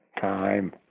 time